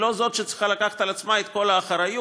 היא לא זאת שצריכה לקחת על עצמה את כל האחריות,